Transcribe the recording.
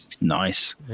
nice